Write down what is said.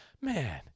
man